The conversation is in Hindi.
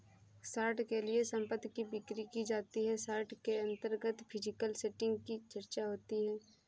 शॉर्ट के लिए संपत्ति की बिक्री की जाती है शॉर्ट के अंतर्गत फिजिकल सेटिंग की चर्चा होती है